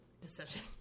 decision